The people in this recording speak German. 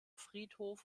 friedhof